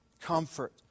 comfort